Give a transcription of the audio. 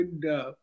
good